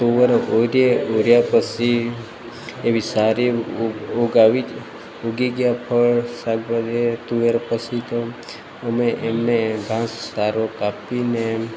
તુવેરો હોરીયે પછી એવી સારી ઊગી ગયા ફળ શાકભાજી તુવેર પછી પણ અમે એમને ઘાસ ચારો કાપીને એમ